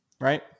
Right